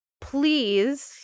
Please